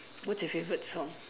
what's your favourite song